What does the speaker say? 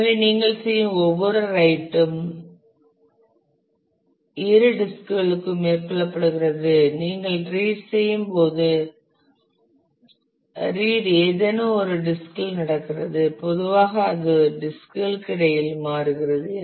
எனவே நீங்கள் செய்யும் ஒவ்வொரு ரைட் ம் இரு டிஸ்க் களுக்கும் மேற்கொள்ளப்படுகிறது நீங்கள் ரீட் செய்யும் போது ரீட் ஏதேனும் ஒரு டிஸ்க் இல் நடக்கிறது பொதுவாக அது டிஸ்க் களுக்கு இடையில் மாறுகிறது